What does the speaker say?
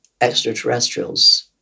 extraterrestrials